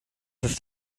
ist